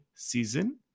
season